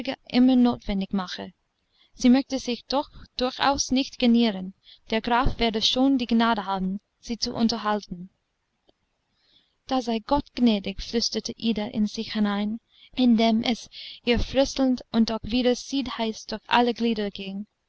immer notwendig mache sie möchte sich doch durchaus nicht genieren der graf werde schon die gnade haben sie zu unterhalten da sei gott gnädig flüsterte ida in sich hinein indem es ihr fröstelnd und doch wieder siedheiß durch alle glieder ging